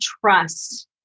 trust